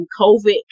COVID